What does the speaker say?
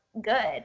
good